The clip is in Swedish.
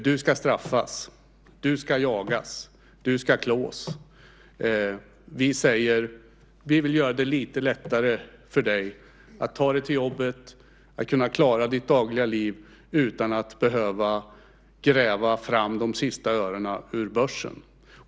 Du ska straffas. Du ska jagas. Du ska klås. Vi säger: Vi vill göra det lite lättare för dig att ta dig till jobbet och att klara ditt dagliga liv utan att behöva gräva fram de sista örena ur börsen.